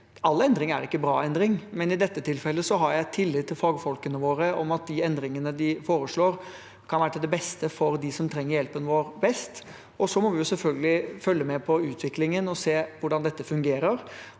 all endring er bra endring, men i dette tilfellet har jeg tillit til fagfolkene våre om at de endringene de foreslår, kan være til beste for dem som trenger hjelpen vår mest. Vi må selvfølgelig følge med på utviklingen og se hvordan det fungerer